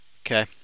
Okay